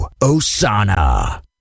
Osana